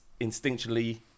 instinctually